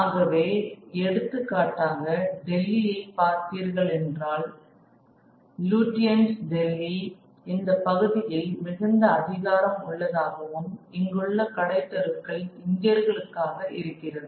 ஆகவே எடுத்துக்காட்டாக டெல்லியை பார்த்தீர்களென்றால் லுட்யன்ஸ் டெல்லி இந்தப் பகுதியில் மிகுந்த அதிகாரம் உள்ளதாகவும் இங்குள்ள கடைத் தெருக்கள் இந்தியர்களுக்காக இருக்கிறது